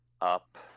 up